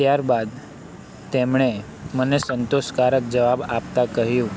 ત્યારબાદ તેમણે મને સંતોષકારક જવાબ આપતા કહ્યું